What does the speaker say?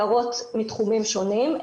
הערות מתחומים שונים.